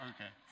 Okay